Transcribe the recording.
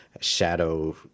shadow